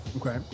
Okay